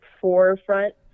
forefront